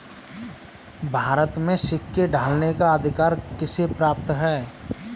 भारत में सिक्के ढालने का अधिकार किसे प्राप्त है?